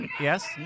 Yes